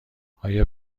آیا